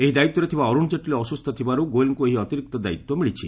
ଏହି ଦାୟିତ୍ୱରେ ଥିବା ଅରୁଣ ଜେଟ୍ଲୀ ଅସୁସ୍ଥ ଥିବାରୁ ଗୋଏଲ୍ଙ୍କୁ ଏହି ଅତିରିକ୍ତ ଦାୟିତ୍ୱ ମିଳିଛି